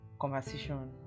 conversation